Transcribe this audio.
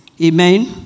Amen